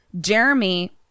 Jeremy